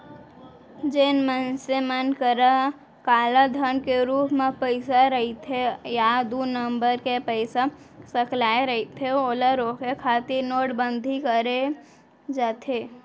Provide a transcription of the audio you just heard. जेन मनसे मन करा कालाधन के रुप म पइसा रहिथे या दू नंबर के पइसा सकलाय रहिथे ओला रोके खातिर नोटबंदी करे जाथे